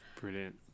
brilliant